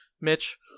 Mitch